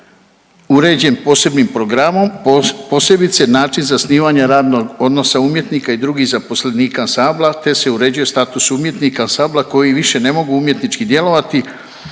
uređen posebnim programom, posebice način zasnivanja radnog odnosa umjetnika i drugih zaposlenika ansambla, te se uređuje status umjetnika ansambla koji više ne mogu umjetnički djelovati